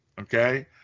Okay